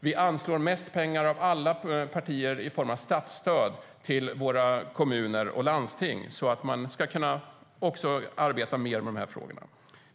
Vi anslår mest pengar av alla partier i form av statsstöd till våra kommuner och landsting så att de ska kunna arbeta mer med frågorna.